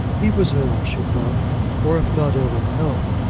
he was ill, she thought or if not ill in health,